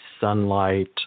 sunlight